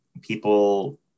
people